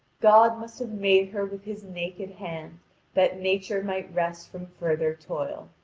god must have made her with his naked hand that nature might rest from further toil.